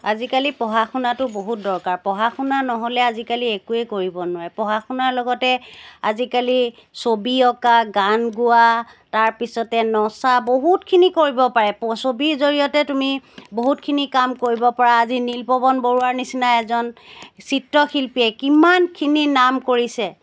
আজিকালি পঢ়া শুনাতো বহুত দৰকাৰ পঢ়া শুনা নহ'লে আজিকালি একোৱে কৰিব নোৱাৰি পঢ়া শুনা লগতে আজিকালি ছবি অঁকা গান গোৱা তাৰপিছতে নচা বহুতখিনি কৰিব পাৰে প ছবিৰ জৰিয়তে তুমি বহুতখিনি কাম কৰিব পাৰা আজি নীলপৱন বৰুৱাৰ নিচিনা এজন চিত্ৰশিল্পীয়ে কিমানখিনি নাম কৰিছে